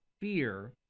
fear